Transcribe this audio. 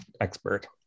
expert